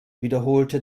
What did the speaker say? wiederholte